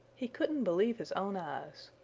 he couldn't believe his own eyes.